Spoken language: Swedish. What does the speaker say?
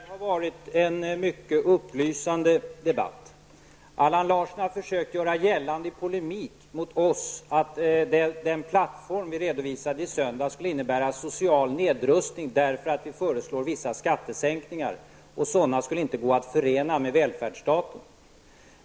Fru talman! Detta har varit en mycket upplysande debatt. Allan Larsson har i polemik med oss försökt göra gällande att den plattform vi redovisade i söndags skulle innebära en social nedrustning eftersom vi föreslår vissa skattesänkningar, och sådana skulle inte gå att förena med välfärdsstaten.